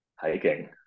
Hiking